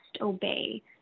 obey